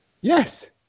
Yes